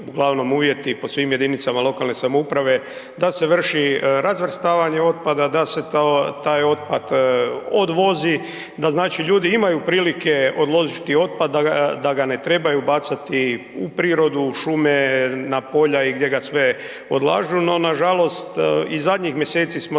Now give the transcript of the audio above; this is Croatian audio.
uglavnom uvjeti po svim jedinicama lokalne samouprave, da se vrši razvrstavanje otpada, da se taj otpad odvozi, da znači ljudi imaju prilike odložiti otpad, da ga ne trebaju bacati u prirodu, šume, na polja i gdje ga sve odlažu no nažalost i zadnjih mjeseci smo